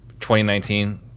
2019